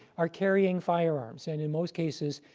are carrying firearms. and in most cases,